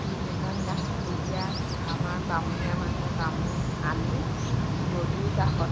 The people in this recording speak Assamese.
তিনিদিনৰ দিনাখন যেতিয়া আমাৰ বামুণীয়া মানুহে বামুণ আনি নদীৰ কাষত